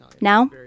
now